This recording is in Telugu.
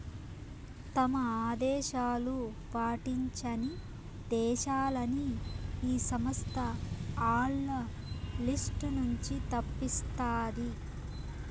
తమ ఆదేశాలు పాటించని దేశాలని ఈ సంస్థ ఆల్ల లిస్ట్ నుంచి తప్పిస్తాది